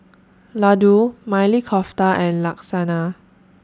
Ladoo Maili Kofta and Lasagna